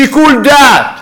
שיקול דעת,